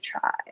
try